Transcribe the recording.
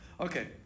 Okay